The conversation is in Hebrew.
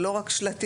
זה לא רק שלטים,